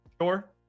Sure